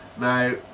Now